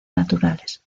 naturales